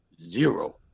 Zero